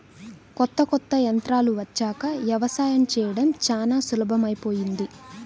కొత్త కొత్త యంత్రాలు వచ్చాక యవసాయం చేయడం చానా సులభమైపొయ్యింది